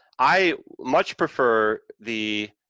i much prefer the,